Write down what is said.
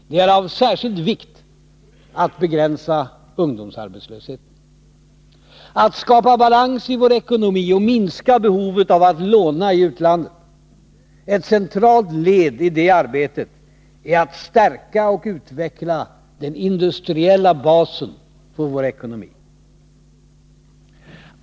Det är av särskild vikt att begränsa ungdomsarbetslösheten. att skapa balans i vår ekonomi och minska behovet av att låna i utlandet. Ett centralt led i det arbetet är att stärka och utveckla den industriella basen för vår ekonomi.